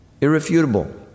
Irrefutable